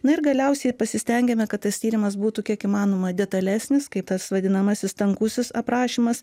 na ir galiausiai pasistengiame kad tas tyrimas būtų kiek įmanoma detalesnis kaip tas vadinamasis tankusis aprašymas